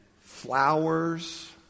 flowers